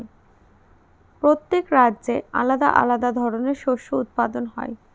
প্রত্যেক রাজ্যে আলাদা আলাদা ধরনের শস্য উৎপাদন হয়